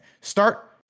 Start